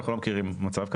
אנחנו לא מכירים מצב כזה,